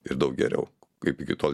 ir daug geriau kaip iki tol